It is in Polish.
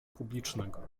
publicznego